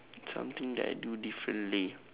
something that I do differently